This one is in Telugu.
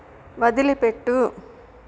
వదిలిపెట్టు